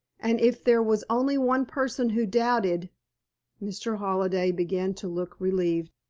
and if there was only one person who doubted mr. halliday began to look relieved